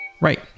Right